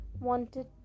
wanted